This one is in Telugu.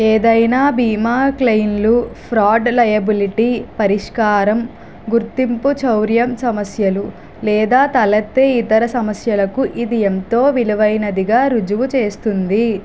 ఏదైనా బీమా క్లెయింలు ఫ్రాడ్ లయబిలిటీ పరిష్కారం గుర్తింపు చౌర్యం సమస్యలు లేదా తలెత్తే ఇతర సమస్యలకు ఇది ఎంతో విలువైనదిగా రుజువు చేస్తుంది